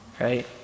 right